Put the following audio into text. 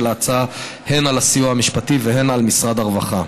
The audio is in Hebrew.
ההצעה הן על הסיוע המשפטי והן על משרד הרווחה.